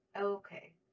okay